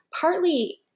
partly